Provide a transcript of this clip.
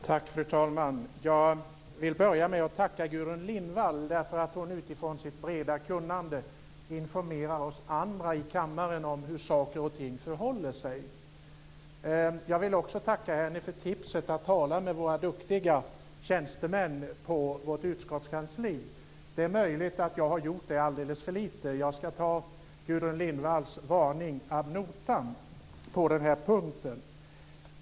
Fru talman! Jag vill börja med att tacka Gudrun Lindvall för att hon utifrån sitt breda kunnande informerar oss andra i kammaren om hur saker och ting förhåller sig. Jag vill också tacka henne för tipset att tala med våra duktiga tjänstemän på vårt utskottskansli. Det är möjligt att jag har gjort det alldeles för lite. Jag ska ta Gudrun Lindvalls varning ad notam på denna punkt.